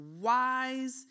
wise